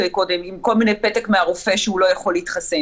קודם עם כל מיני פתק מהרופא שהוא לא יכול להתחסן.